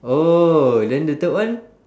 oh then the third one